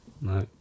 No